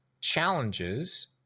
challenges